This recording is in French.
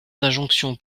d’injonction